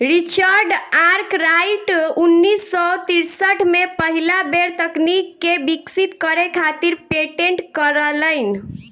Richard Arkwright उन्नीस सौ तिरसठ में पहिला बेर तकनीक के विकसित करे खातिर पेटेंट करइलन